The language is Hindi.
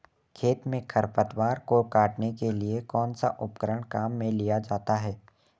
खेत में खरपतवार को काटने के लिए कौनसा उपकरण काम में लिया जाता है?